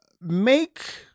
make